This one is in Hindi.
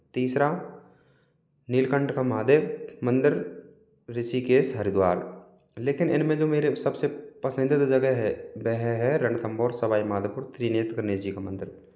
तीसरा नीलकंठ का महादेव मंदिर ऋषिकेश हरिद्वार लेकिन इनमें जो मेरे सबसे पसंदीदा जगह है वह है रणथंबोर सवाई माधोपुर त्रिनेत्र गणेश जी का मंदिर